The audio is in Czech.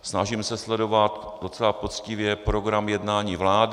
Snažím se sledovat docela poctivě program jednání vlády.